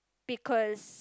because